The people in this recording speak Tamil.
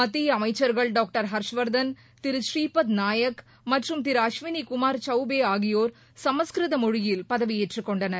மத்திய அமைச்சர்கள் டாங்டர் ஹர்ஷ்வர்தன் திரு ட்ரீபத் நாயக் மற்றும் திரு அஷ்வினிகுமார் சௌபே ஆகியோர் சமஸ்கிருத மொழியில் பதவியேற்றுக் கொண்டனர்